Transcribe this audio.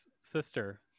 sister